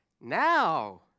Now